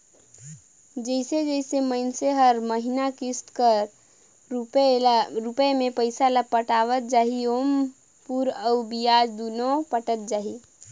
जइसे जइसे मइनसे हर हर महिना किस्त कर रूप में पइसा ल पटावत जाही ओाम मूर अउ बियाज दुनो पटत जाही